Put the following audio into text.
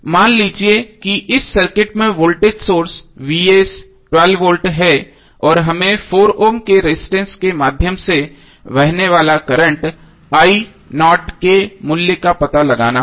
मान लीजिए कि इस सर्किट में वोल्टेज सोर्स V है और हमें 4 ओम के रेजिस्टेंस के माध्यम से बहने वाले करंट के मूल्य का पता लगाना होगा